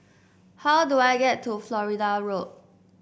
how do I get to Florida Road